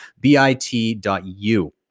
BIT.U